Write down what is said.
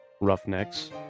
Roughnecks